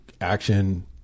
action